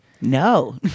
No